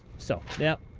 so yeah.